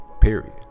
Period